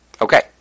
Okay